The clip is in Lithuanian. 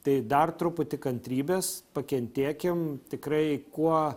tai dar truputį kantrybės pakentėkim tikrai kuo